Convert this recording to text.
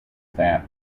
that